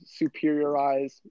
superiorize